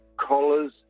collars